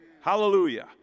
Hallelujah